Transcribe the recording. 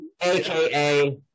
AKA